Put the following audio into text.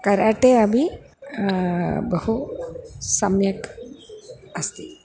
karate अपि बहु सम्यक् अस्ति